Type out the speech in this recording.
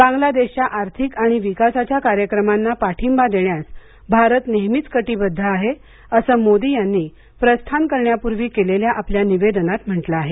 बांग्लादेशच्या आर्थिक आणि विकासाच्या कार्यक्रमांना पाठींबा देण्यास भारत नेहमीच कटिबद्ध आहे असं मोदी यांनी प्रस्थान करण्यापूर्वी केलेल्या आपल्या निवेदनात म्हटल आहे